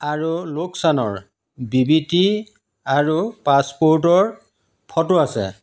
আৰু লোকচানৰ বিবৃতি আৰু পাছপোৰ্টৰ ফটো আছে